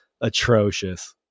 atrocious